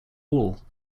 wall